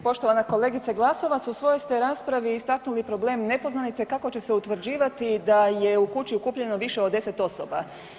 Poštovana kolegice Glasovac, u svojoj ste raspravi istaknuli problem nepoznanice kako će se utvrđivati da je u kući okupljeno više od 10 osoba.